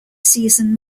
season